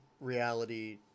reality